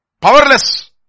Powerless